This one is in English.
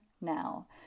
now